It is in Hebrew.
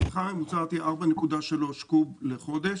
הצריכה הממוצעת היא 4.3 קוב לחודש,